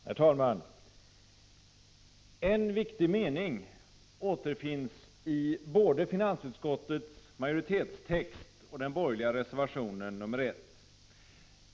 Herr talman! En viktig mening återfinns i både finansutskottets majoritetstext och den borgerliga reservationen nr 1.